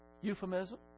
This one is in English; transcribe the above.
euphemism